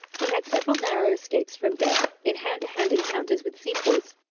he had several narrow escapes from death, in hand-to-hand encounters with sepoys.